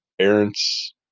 parents